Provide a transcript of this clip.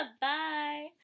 Bye